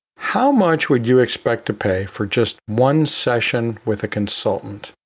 how much would you expect to pay for just one session with a consultant